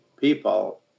people